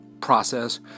process